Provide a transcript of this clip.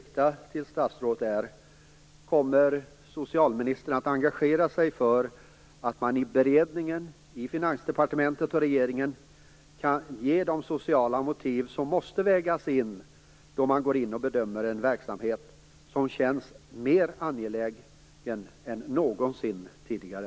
Kommer socialministern att engagera sig för att man i beredningen i regeringen och Finansdepartementet ger de sociala motiv som måste vägas in då man går in och bedömer en verksamhet som känns mer angelägen än någonsin tidigare?